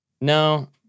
No